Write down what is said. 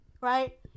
right